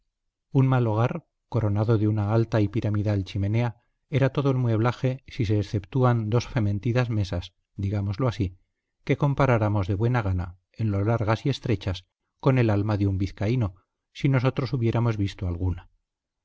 un mal hogar coronado de una alta y piramidal chimenea era todo el mueblaje si se exceptúan dos fementidas mesas digámoslo así que comparáramos de buena gana en lo largas y estrechas con el alma de un vizcaíno si nosotros hubiéramos visto alguna